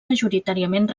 majoritàriament